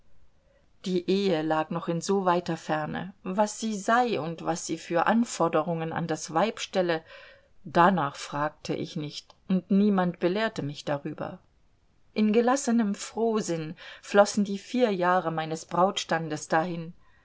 die ehe lag noch in so weiter ferne was sie sei und was sie für anforderungen an das weib stelle darnach fragte ich nicht und niemand belehrte mich darüber in gelassenem frohsinn flossen die vier jahre meines brautstandes dahin